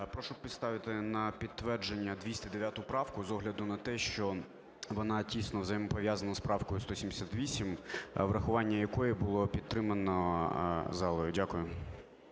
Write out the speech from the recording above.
Прошу поставити на підтвердження 209 правку з огляду на те, що вона тісно взаємопов'язана із правкою 178, врахування якої було підтримано залою. Дякую.